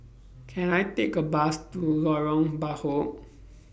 Can I Take A Bus to Lorong Bachok